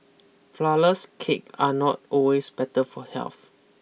flourless cake are not always better for health